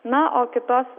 na o kitos